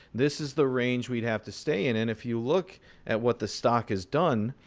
this is the range we'd have to stay in. and if you look at what the stock has done,